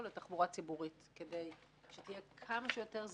לתחבורה ציבורית כדי שתהיה כמה שיותר זמינה,